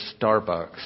Starbucks